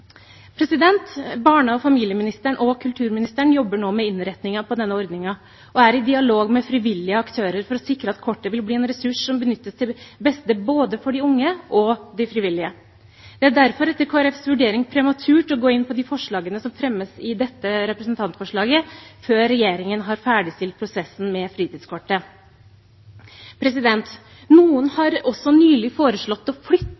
Barne- og familieministeren og kulturministeren jobber nå med innretningen på denne ordningen og er i dialog med frivillige aktører for å sikre at kortet vil bli en ressurs som benyttes til beste for både de unge og de frivillige. Det er derfor etter Kristelig Folkepartis vurdering prematurt å gå inn på de forslagene som fremmes i dette representantforslaget, før regjeringen har ferdigstilt prosessen med fritidskortet. Noen har også nylig foreslått å flytte